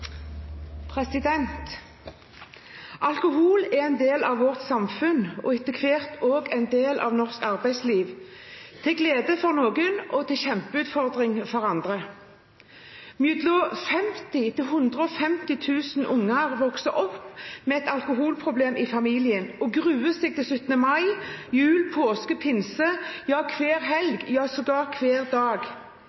en del av vårt samfunn og, etter hvert, også en del av norsk arbeidsliv – til glede for noen og en kjempeutfordring for andre. Mellom 50 000 og 150 000 unger vokser opp med et alkoholproblem i familien og gruer seg til 17. mai, jul, påske, pinse – ja, hver helg, sågar hver dag.